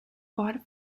fought